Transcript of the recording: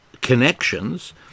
connections